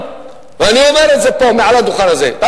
ואני אומר את זה מעל הדוכן הזה: אל